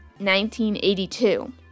1982